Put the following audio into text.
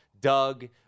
Doug